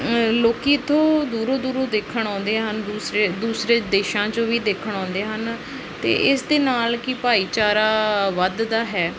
ਲੋਕ ਤਾਂ ਦੂਰੋਂ ਦੂਰੋਂ ਦੇਖਣ ਆਉਂਦੇ ਹਨ ਦੂਸਰੇ ਦੂਸਰੇ ਦੇਸ਼ਾਂ 'ਚੋਂ ਵੀ ਦੇਖਣ ਆਉਂਦੇ ਹਨ ਅਤੇ ਇਸ ਦੇ ਨਾਲ ਕਿ ਭਾਈਚਾਰਾ ਵੱਧਦਾ ਹੈ